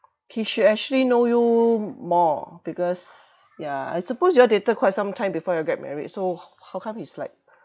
he should actually know you more because yeah I suppose you all dated quite some time before you all get married so ho~ how come he's like